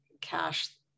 cash